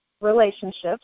relationships